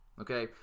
okay